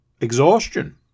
exhaustion